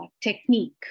technique